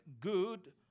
good